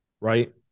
right